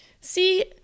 See